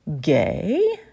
gay